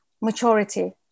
maturity